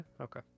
Okay